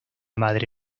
madre